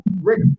Rick